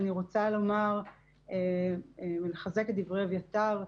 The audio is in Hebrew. אני רוצה לומר, ומחזקת את דברי אביתר,